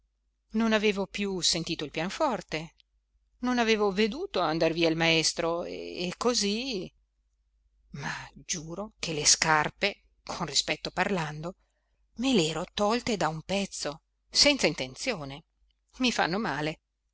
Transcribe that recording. non avevo più sentito il pianoforte non avevo veduto andar via il maestro e così ma giuro che le scarpe con rispetto parlando me l'ero tolte da un pezzo senza intenzione i fanno male